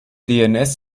dns